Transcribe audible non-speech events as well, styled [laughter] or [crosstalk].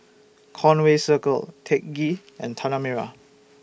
Conway Circle Teck Ghee and [noise] Tanah Merah